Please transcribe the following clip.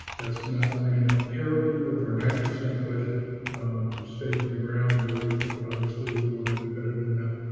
that's not lining up terribly with our nine percent budget stake in the ground that we put. but obviously, we want to do better than that.